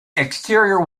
exterior